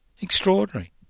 Extraordinary